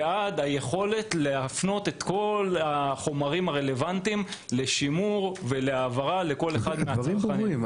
וגם יכולת להפנות את כל החומרים הרלוונטיים לשימור בכל אחד מהאירועים.